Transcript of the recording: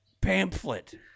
pamphlet